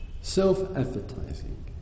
self-advertising